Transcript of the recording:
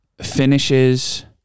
finishes